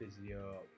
physio